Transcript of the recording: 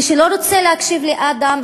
מי שלא רוצה להקשיב לאדם,